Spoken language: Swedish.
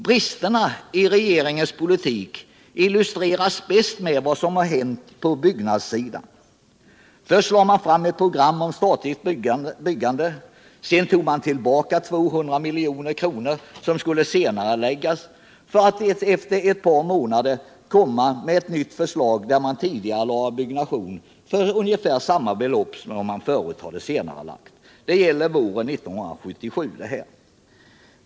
Bristerna i regeringens politik illustreras bäst med vad som hänt på byggnadssidan. Först lade regeringen fram ett program om statligt byggande. Sen tog regeringen tillbaka projekt för 200 milj.kr. som skulle senareläggas, för att efter ett par månader komma med ett nytt förslag, där man tidigarelade byggande för ungefär samma belopp som man förut hade senarelagt. Det här gäller våren 1977.